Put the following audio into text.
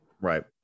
Right